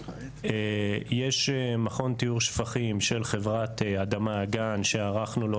יש מכון טיהור שפכים של חברת אדמה אגן שערכנו לו,